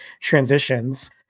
transitions